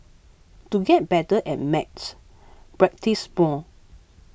to get better at maths practise more